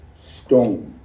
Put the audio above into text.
stone